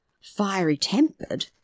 fiery-tempered